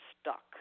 stuck